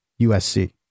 USC